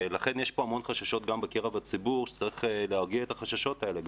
לכן יש פה הרבה חששות גם בקרב הציבור שצריך להרגיע את החששות האלה.